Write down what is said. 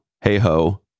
hey-ho